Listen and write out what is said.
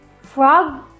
Frog